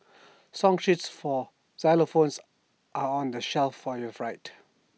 song sheets for xylophones are on the shelf for your right